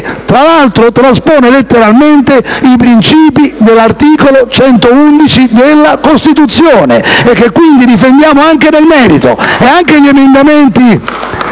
tra l'altro, traspone letteralmente i principi dell'articolo 111 della Costituzione, e che quindi difendiamo anche nel merito. *(Applausi